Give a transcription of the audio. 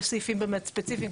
יש סעיפים באמת ספציפיים,